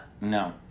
No